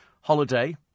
holiday